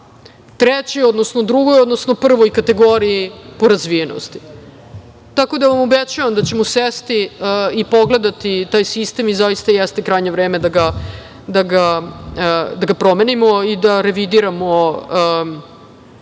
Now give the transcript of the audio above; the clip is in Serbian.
trećoj, odnosno drugoj, odnosno prvoj kategoriji po razvijenosti. Tako da vam obećavam da ćemo sesti i pogledati taj sistem i zaista jeste krajnje vreme da ga promenimo i da revidiramo lokalne